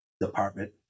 department